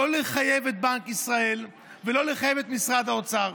לא לחייב את בנק ישראל ולא לחייב את משרד האוצר,